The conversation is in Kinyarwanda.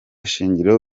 shingiro